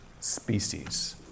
species